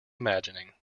imagining